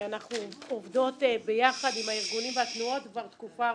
אנחנו עובדות ביחד עם הארגונים והתנועות כבר תקופה ארוכה.